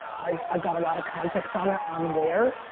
i've i've got a lot of context on it, i'm there.